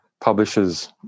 publishers